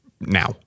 now